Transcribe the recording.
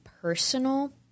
personal